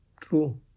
true